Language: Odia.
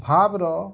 ଭାବ୍ର